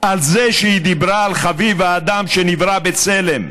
על זה שהיא דיברה על חביב האדם שנברא בצלם,